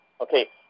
Okay